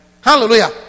Hallelujah